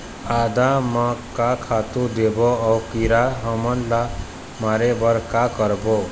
आदा म का खातू देबो अऊ कीरा हमन ला मारे बर का करबो?